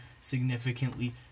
significantly